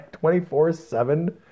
24-7